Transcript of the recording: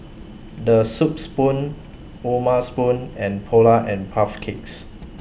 The Soup Spoon O'ma Spoon and Polar and Puff Cakes